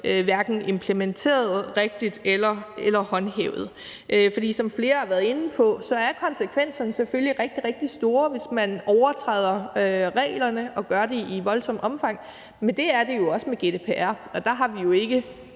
hverken implementeret rigtigt eller håndhævet. Som flere har været inde på, er konsekvenserne selvfølgelig rigtig, rigtig store, hvis man overtræder reglerne og gør det i voldsomt omfang, men sådan er det også med GDPR, og der har vi ikke